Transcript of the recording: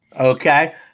Okay